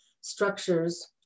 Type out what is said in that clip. structures